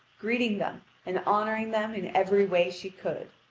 greeting them and honouring them in every way she could.